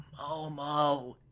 Momo